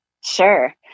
Sure